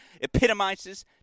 epitomizes